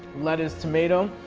lettuce, tomato.